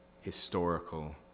historical